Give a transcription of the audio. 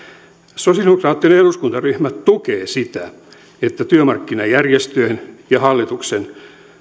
sosialidemokraattinen eduskuntaryhmä tukee sitä että työmarkkinajärjestöjen ja hallituksen